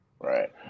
right